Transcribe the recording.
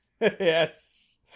yes